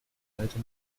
leider